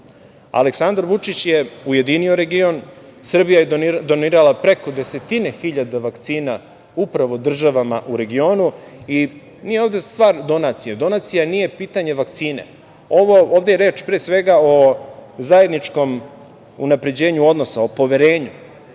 Aleksandar Vučić je ujedinio region, Srbija je donirala preko desetine hiljada vakcina upravo državama u regionu, i nije ovde stvar donacije. Donacija nije pitanje vakcine, ovde je reč pre svega o zajedničkom unapređenju odnosa, o poverenju.